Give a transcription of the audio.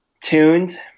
tuned